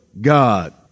God